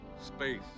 Space